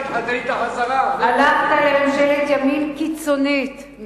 הלכת לממשלת ימין קיצונית,